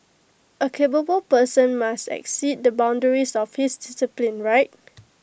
A capable person must exceed the boundaries of his discipline right